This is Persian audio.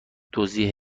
دزدی